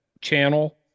channel